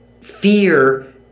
fear